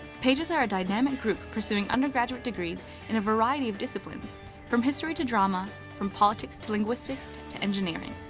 pages are a dynamic group pursuing undergraduate degrees in a variety of disciplines from history to drama from politics to linguistics to engineering.